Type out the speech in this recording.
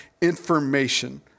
information